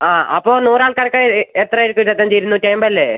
ആ അപ്പോൾ നൂറ് ആൾക്കാർക്ക് എത്ര ആയിരിക്കും ഇരുപത്തി അഞ്ച് ഇരുന്നൂറ്റി അമ്പതല്ലേ